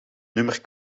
nummer